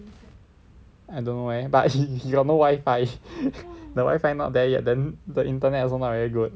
I don't know eh but he he got no wifi the wifi not there yet then the internet also not very good